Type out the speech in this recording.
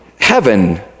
heaven